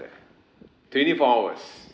twenty four hours